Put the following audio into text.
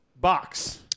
box